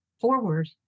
forward